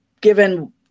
given